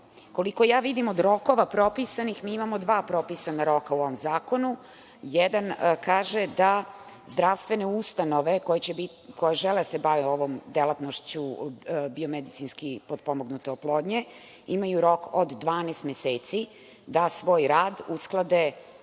vidim od rokova propisanih, mi imamo dva propisana roka u ovom Zakonu. Jedan kaže da zdravstvene ustanove koje žele da se bave ovom delatnošću biomedicinski potpomognute oplodnje imaju rok od 12 meseci da svoj rad usklade